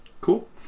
Cool